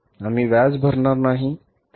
आम्ही व्याज भरणार नाही